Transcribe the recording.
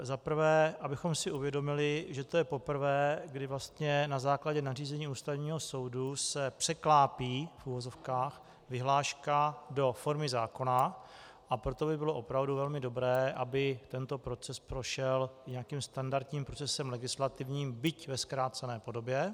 Za prvé, abychom si uvědomili, že to je poprvé, kdy na základě nařízení Ústavního soudu se překlápí, v uvozovkách, vyhláška do formy zákona, a proto by bylo opravdu velmi dobré, aby tento proces prošel nějakým standardním procesem legislativním, byť ve zkrácené podobě.